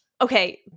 okay